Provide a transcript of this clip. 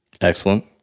Excellent